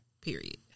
Period